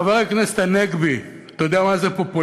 חבר הכנסת הנגבי, אתה יודע מה זה פופוליזם?